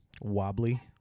wobbly